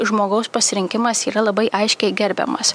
žmogaus pasirinkimas yra labai aiškiai gerbiamas